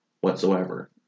whatsoever